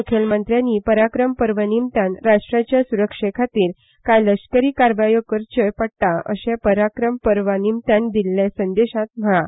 मुखेलमंत्र्यांनी पराक्रम पर्व निमतान राष्ट्राच्या सुरक्षे खातीर कांय लश्करी कारवायो करच्योच पडटात अशें पराक्रम पर्वा निमतान दिल्ल्या संदेशांत म्हळां